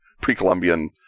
pre-Columbian